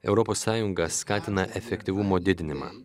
europos sąjunga skatina efektyvumo didinimą